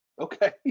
Okay